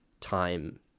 time